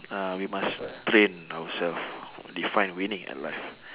ah we must train ourselves define winning at life